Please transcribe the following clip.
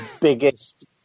biggest